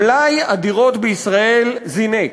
מלאי הדירות בישראל זינק.